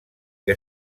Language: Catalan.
que